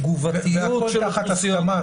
תגובתיות של האוכלוסיות --- והכל תחת הסכמה,